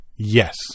Yes